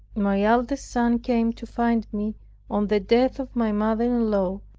my eldest son came to find me on the death of my mother-in-law,